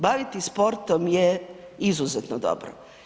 Baviti sportom je izuzetno dobro.